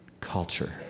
culture